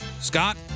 Scott